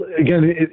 again